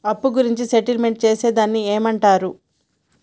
అప్పు గురించి సెటిల్మెంట్ చేసేదాన్ని ఏమంటరు?